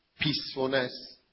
peacefulness